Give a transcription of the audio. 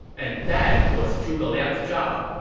and that was zhuge liang's job.